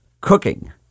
cooking